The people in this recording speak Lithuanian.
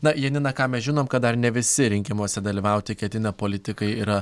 na janina ką mes žinom kad dar ne visi rinkimuose dalyvauti ketina politikai yra